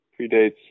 predates